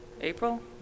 April